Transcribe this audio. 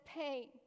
pain